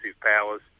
powers